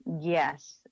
Yes